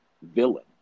villain